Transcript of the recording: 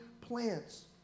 plants